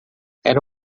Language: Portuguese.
era